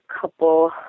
couple